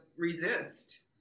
resist